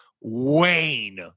Wayne